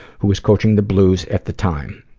who was coaching the blues at the time.